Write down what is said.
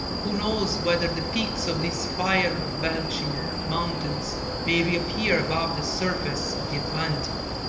who knows whether the peaks of these fire-belching mountains may reappear above the surface of the atlantic!